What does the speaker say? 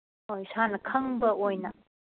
ꯑꯣ ꯏꯁꯥꯅ ꯈꯪꯕ ꯑꯣꯏꯅ